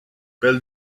pel